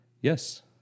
Yes